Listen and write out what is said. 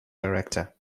director